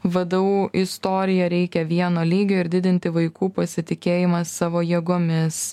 vdu istoriją reikia vieno lygio ir didinti vaikų pasitikėjimą savo jėgomis